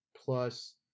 plus